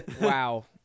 Wow